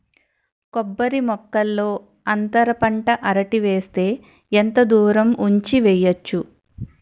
కొబ్బరి మొక్కల్లో అంతర పంట అరటి వేస్తే ఎంత దూరం ఉంచి వెయ్యొచ్చు?